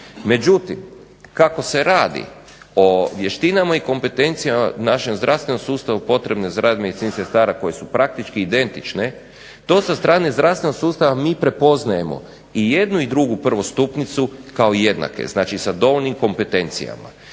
Međutim, kako se radi o vještinama i kompetencijama našem zdravstvenom sustavu potrebno je za rad medicinskih sestara koje su praktički identične, to sa strane zdravstvenog sustava mi prepoznajemo i jednu i drugu prvostupnicu kao jednake, znači sa dovoljnim kompetencijama.